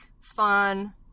fun